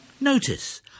Notice